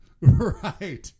Right